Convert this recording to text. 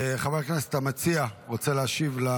חבר הכנסת המציע, רוצה להשיב?